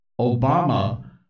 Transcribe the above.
Obama